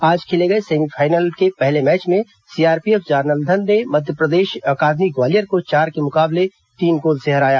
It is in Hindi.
आज खेले गए सेमीफाइनल मुकाबले के पहले मैच में सीआरपीएफ जालंधर ने मध्यप्रदेश अकादमी ग्वालियर को चार के मुकाबले तीन गोल से हराया